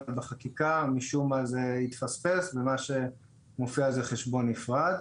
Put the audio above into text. אבל בחקיקה משום מה זה התפספס ומה שמופיע זה חשבון נפרד.